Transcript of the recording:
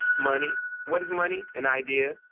money? what is money an idea?